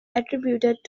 attributed